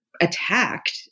Attacked